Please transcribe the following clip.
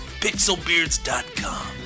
pixelbeards.com